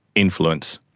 influence,